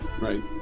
Right